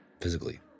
physically